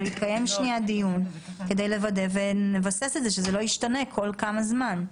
אבל נקיים דיון כדי לוודא ונבסס את זה שזה לא ישתנה כל כמה זמן.